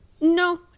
no